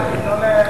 בדיוק.